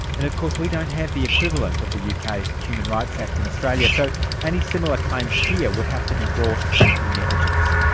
and of course we don't have the equivalent of the uk's kind of human rights act in australia, so any similar claims here would have to be brought in negligence.